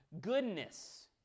goodness